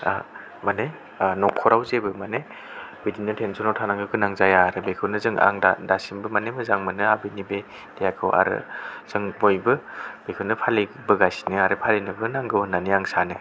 माने न'खराव जेबो माने बिदिनो टेनसनाव थानो गोनां जाया आरो बेखौनो जों आं दा दासिमबो माने मोजां मोनो आबैनि बे देहाखौ आरो जों बयबो बेखौनो फालिबोगासिनो आरो फालिनोबो नांगौ होननानै आं सानो